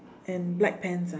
and black pants ah